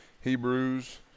hebrews